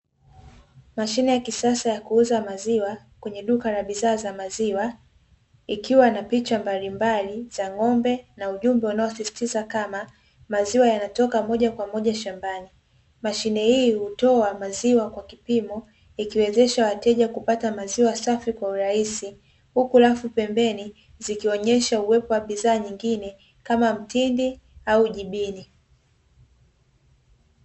Mashine ya kisasa ya kuuza maziwa, kwenye duka la bidhaa za maziwa, ikiwa na picha mbalimbali za ng'ombe na ujumbe unaosisitiza maziwa yanatoka moja kwa moja shambani, mashine hii hutoa maziwa kwa kipimo, ikiwezesha kupata maziwa safi na rahisi, huku rafu pembeni zikionyesha uwepo wa bidhaa nyingine kama mtindi au jibini.